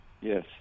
Yes